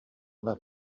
that